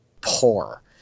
poor